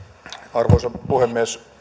arvoisa puhemies